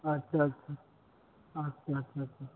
আচ্ছা আচ্ছা আচ্ছা আচ্ছা আচ্ছা